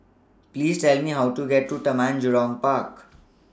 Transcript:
Please Tell Me How to get to Taman Jurong Park